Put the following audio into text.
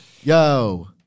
Yo